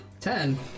Ten